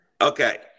Okay